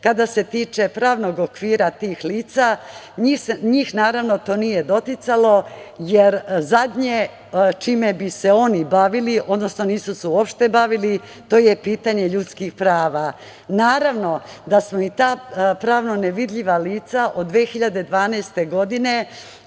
kada se tiče pravnog okvira tih lica njih naravno to nije doticalo, jer zadnje čime bi se oni bavili, odnosno nisu se uopšte bavili, to je pitanje ljudskih prava. Naravno da smo i tad pravno nevidljiva lica od 2012. godine